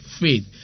faith